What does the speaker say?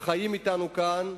וחיים אתנו כאן,